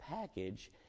package